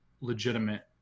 legitimate